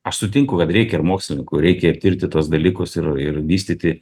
aš sutinku kad reikia ir mokslininkų reikia ir tirti tuos dalykus ir ir vystyti